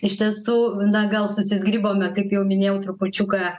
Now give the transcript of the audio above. iš tiesų na gal susizgribome kaip jau minėjau trupučiuką